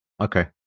Okay